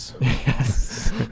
Yes